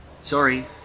Sorry